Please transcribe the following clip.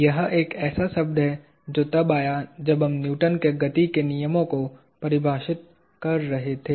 यह एक ऐसा शब्द है जो तब आया जब हम न्यूटन के गति के नियमों को परिभाषित कर रहे थे